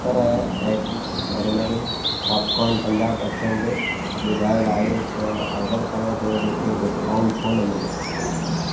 जेकरि एक्ट caramel popcorn पंजाह परसेंट ॿुधायल आहे त ऑर्डरु करणु ते मूंखे डिस्काउंटु छो न मिलियो